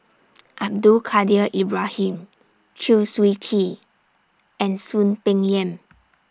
Abdul Kadir Ibrahim Chew Swee Kee and Soon Peng Yam